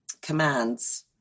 commands